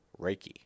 reiki